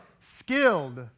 skilled